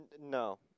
No